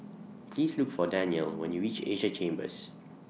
Please Look For Danyel when YOU REACH Asia Chambers